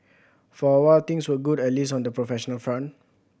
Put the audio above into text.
for a while things were good at least on the professional front